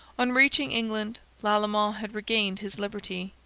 on reaching england lalemant had regained his liberty,